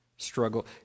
Struggle